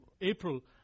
April